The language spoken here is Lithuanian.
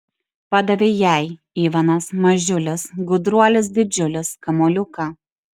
padavė jai ivanas mažiulis gudruolis didžiulis kamuoliuką